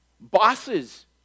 Bosses